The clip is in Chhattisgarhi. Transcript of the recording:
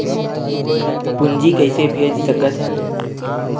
पूंजी कइसे भेज सकत हन?